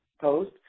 post